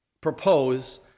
propose